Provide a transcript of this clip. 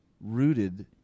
rooted